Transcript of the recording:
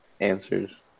answers